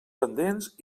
pendents